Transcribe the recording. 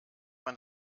man